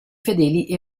fedeli